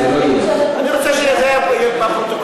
אני רוצה שזה יהיה בפרוטוקול.